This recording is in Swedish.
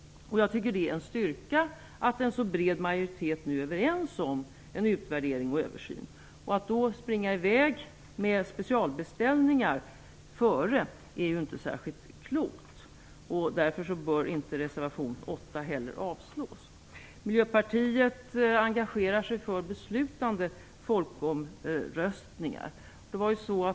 Jag tycker att det är en styrka att en så bred majoritet nu är överens om en utvärdering och en översyn. Att då springa i väg med specialbeställningar före denna översyn är ju inte särskilt klokt. Därför bör reservation 8 avslås. Miljöpartiet engagerar sig för beslutande folkomröstningar.